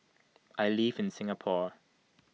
I live in Singapore